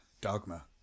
dogma